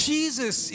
Jesus